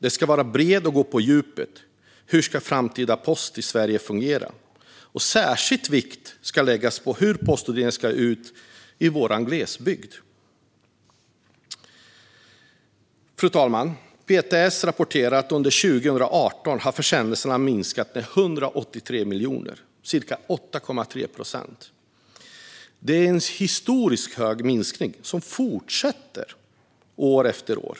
Den ska vara bred och gå på djupet om hur den framtida posten i Sverige ska fungera. Särskild vikt ska läggas vid hur postutdelningen ska se ut i glesbygden. Fru talman! PTS rapporterar att under 2018 minskade försändelserna med 183 miljoner, ca 8,3 procent. Det är en historiskt stor minskning, som fortsätter år efter år.